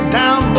down